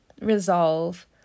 resolve